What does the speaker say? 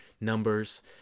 numbers